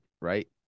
right